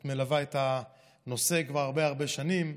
את מלווה את הנושא כבר הרבה הרבה שנים.